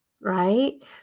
Right